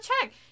check